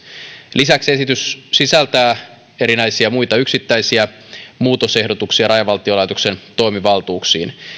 lisäksi esitys sisältää erinäisiä muita yksittäisiä muutosehdotuksia rajavartiolaitoksen toimivaltuuksiin